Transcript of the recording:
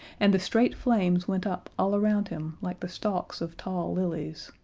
and the straight flames went up all around him like the stalks of tall lilies.